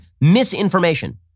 misinformation